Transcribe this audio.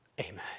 amen